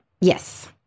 Yes